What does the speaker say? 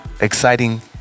exciting